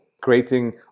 creating